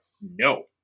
No